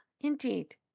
indeed